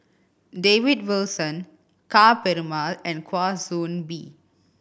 David Wilson Ka Perumal and Kwa Soon Bee